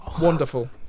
Wonderful